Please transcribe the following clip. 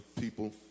People